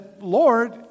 Lord